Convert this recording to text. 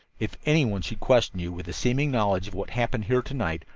if any one should question you, with a seeming knowledge of what happened here to-night,